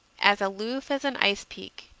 as aloof as an ice peak,